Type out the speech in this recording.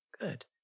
Good